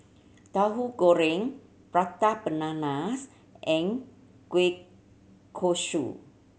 Tahu Goreng prata bananas and Kuih Kaswi